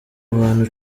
abantu